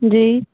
जी